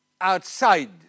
outside